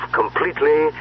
completely